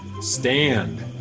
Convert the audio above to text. stand